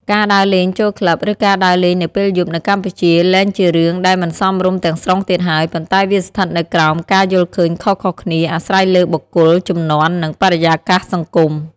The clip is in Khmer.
ការដើរលេងចូលក្លឹប ឬការដើរលេងនៅពេលយប់នៅកម្ពុជាលែងជារឿងដែលមិនសមរម្យទាំងស្រុងទៀតហើយ ប៉ុន្តែវាស្ថិតនៅក្រោម ការយល់ឃើញខុសៗគ្នា អាស្រ័យលើបុគ្គល ជំនាន់ និងបរិយាកាសសង្គម ។